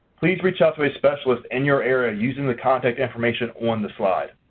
please reach out to a specialist in your area using the contact information on the slide.